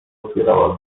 otwierała